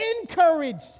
encouraged